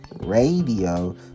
Radio